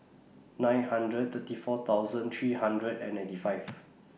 nine hundred thirty four thousand three hundred and ninety five